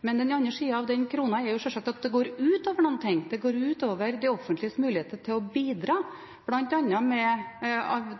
men den andre sida av den krona er sjølsagt at det går ut over noe. Det går ut over det offentliges muligheter til å bidra, bl.a.